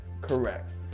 Correct